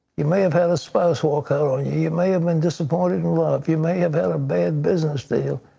you may have had a spouse walk out ah on you, you may have been disappointed in love, you may have had a bad business deal.